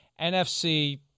nfc